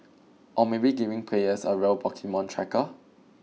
or maybe giving players a real Pokemon tracker